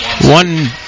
one